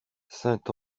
saint